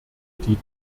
die